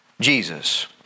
Jesus